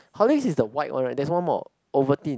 Horlicks is the white one right there's one more Ovaltine